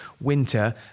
winter